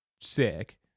sick